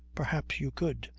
perhaps you could.